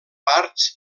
parts